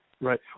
right